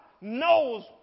knows